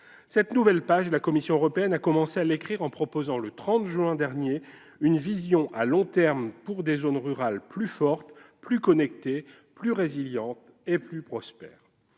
Cette nouvelle page, la Commission européenne a commencé de l'écrire en proposant le 30 juin dernier une « vision à long terme pour des zones rurales plus fortes, connectées, résilientes et prospères